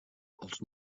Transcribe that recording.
els